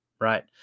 right